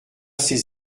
ses